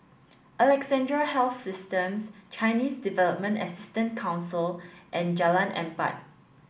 Alexandra Health Systems Chinese Development Assistance Council and Jalan Empat